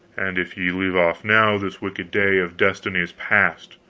and if ye leave off now, this wicked day of destiny is past.